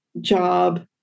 job